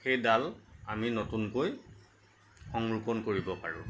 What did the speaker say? সেই ডাল আমি নতুনকৈ সংৰোপণ কৰিব পাৰোঁ